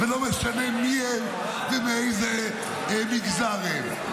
ולא משנה מיהם ומאיזה מגזר הם.